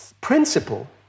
principle